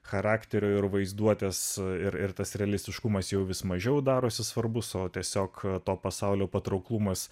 charakterio ir vaizduotės ir ir tas realistiškumas jau vis mažiau darosi svarbus o tiesiog to pasaulio patrauklumas